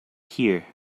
here